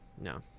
no